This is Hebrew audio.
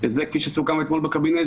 כפי שסוכם אתמול בקבינט,